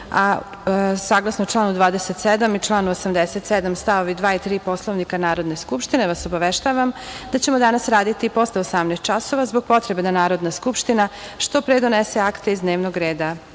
članu 27. i članu 87. stav 2. i 3. Poslovnika Narodne skupštine obaveštavam vas da ćemo danas raditi i posle 18.00 časova zbog potrebe da Narodna skupština što pre donese akte iz dnevnog reda